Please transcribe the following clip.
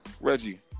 Reggie